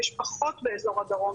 יש פחות באזור הדרום.